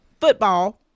football